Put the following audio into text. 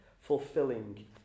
fulfilling